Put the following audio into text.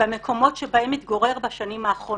במקומות שבהם התגורר בשנים האחרונות.